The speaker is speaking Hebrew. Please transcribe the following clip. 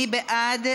מי בעד?